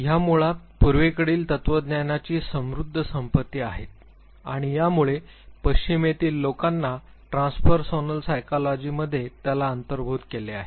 ते मुळात पूर्वेकडील तत्त्वज्ञानाची समृद्ध संपत्ती आहेत आणि यामुळे पश्चिमेतील लोकांना ट्रान्सपरसोनल सायकोलॉजीमध्ये त्याला अंतर्भूत केले आहे